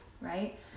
right